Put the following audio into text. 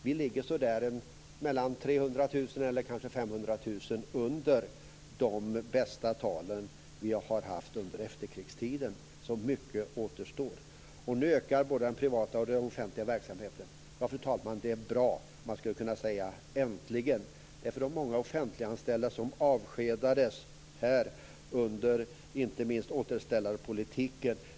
Vi ligger så där 300 000 eller kanske 500 000 under de bästa talen vi har haft under efterkrigstiden, så mycket återstår. Nu ökar både den privata och den offentliga verksamheten. Ja, fru talman, det är bra. Man skulle kunna säga: Äntligen! Många offentliganställda avskedades här inte minst under återställarpolitiken.